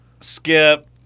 Skip